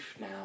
now